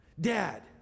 dad